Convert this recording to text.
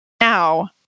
now